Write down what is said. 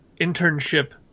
internship